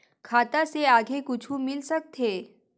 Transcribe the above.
खाता से आगे कुछु मिल सकथे?